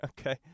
Okay